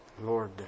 Lord